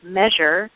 measure